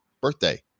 birthday